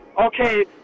Okay